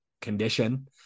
condition